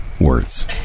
words